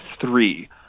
three